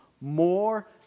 more